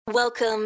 Welcome